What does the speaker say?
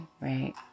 right